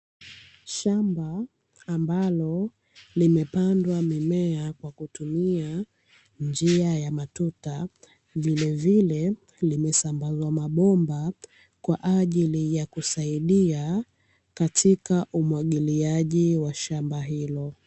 Shamba ambalo limepandwa mimea kwa kutumia njia ya matuta, vilevile limesambazwa mabomba kwa ajili ya kusaidia katika umwagiliaji shamba hilo.